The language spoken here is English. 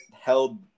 held